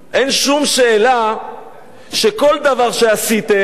אין שום שאלה שכל דבר שעשיתם,